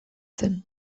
zen